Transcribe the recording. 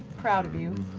proud of you.